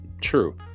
true